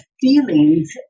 feelings